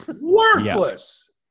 worthless